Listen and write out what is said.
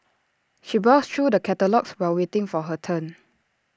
she browsed through the catalogues while waiting for her turn